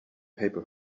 paper